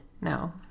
No